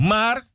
Mar